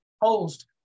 host